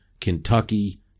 Kentucky